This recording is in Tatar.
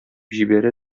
җибәрә